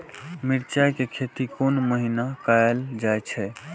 मिरचाय के खेती कोन महीना कायल जाय छै?